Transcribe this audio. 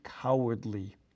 cowardly